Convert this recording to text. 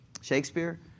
Shakespeare